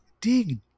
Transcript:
dig